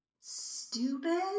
stupid